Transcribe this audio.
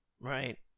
Right